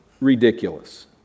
ridiculous